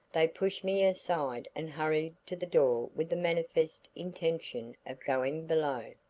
they pushed me aside and hurried to the door with the manifest intention of going below,